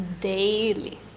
daily